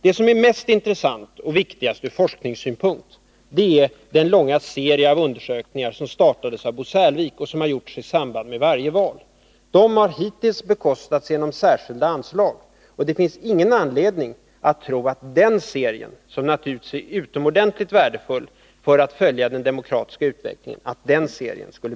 Det som är mest intressant och viktigast ur forskningssynpunkt är den långa serie undersökningar som startades av Bo Särlvik och som genomförts i samband med varje val. De har hittills bekostats genom särskilda anslag, och det finns ingen anledning att tro att den serien — som naturligtvis är utomordentligt värdefull för att följa den demokratiska utvecklingen — skulle